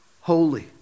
holy